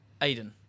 Aiden